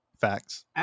Facts